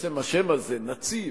עצם השם הזה, נציב,